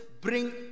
bring